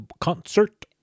concert